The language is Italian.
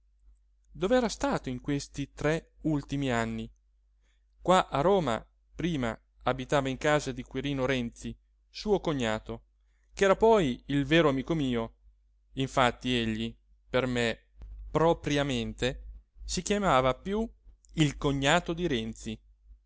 dell'amore dov'era stato in questi tre ultimi anni qua a roma prima abitava in casa di quirino renzi suo cognato ch'era poi il vero amico mio infatti egli per me propriamente si chiamava piú il cognato di renzi